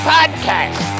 Podcast